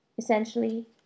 Essentially